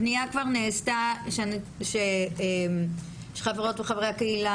הפנייה כבר נעשתה שחברות וחברי הקהילה